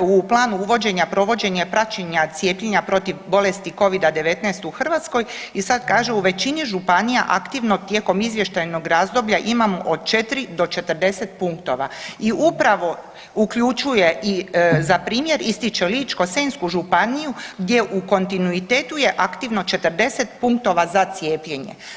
u plan uvođenja provođenje praćenja cijepljenja protiv bolesti Covida-19 u Hrvatskoj i sad kaže, u većini županija aktivno tijekom izvještajnog razdoblja imamo od 4 do 40 punktova i upravo uključuje i za primjer ističe Ličko-senjsku županiju gdje u kontinuitetu je aktivno 40 punktova za cijepljenje.